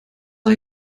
are